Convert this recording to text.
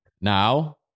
now